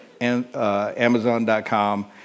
Amazon.com